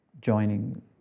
joining